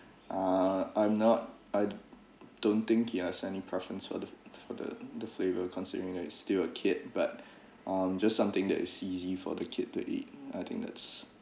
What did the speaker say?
ah I'm not I don't think he has any preference for the for the the flavour considering that he's still a kid but um just something that is easy for the kid to eat I think that's